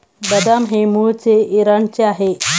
बदाम हे मूळचे इराणचे आहे